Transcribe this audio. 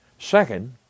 Second